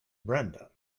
brenda